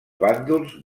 bàndols